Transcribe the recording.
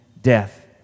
death